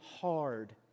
hard